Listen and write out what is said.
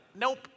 nope